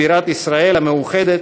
בירת ישראל המאוחדת,